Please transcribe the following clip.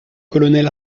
colonel